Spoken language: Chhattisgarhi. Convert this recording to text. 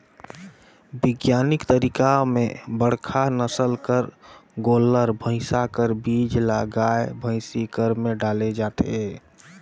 बिग्यानिक तरीका में बड़का नसल कर गोल्लर, भइसा कर बीज ल गाय, भइसी कर में डाले जाथे